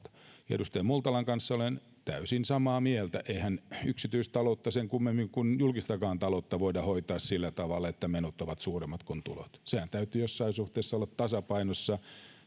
edustaja multalan kanssa olen täysin samaa mieltä eihän yksityistaloutta sen kummemmin kuin julkistakaan taloutta voida hoitaa sillä tavalla että menot ovat suuremmat kuin tulot senhän täytyy jossain suhteessa olla tasapainossa